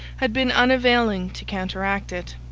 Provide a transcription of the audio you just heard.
had been unavailing to counteract it.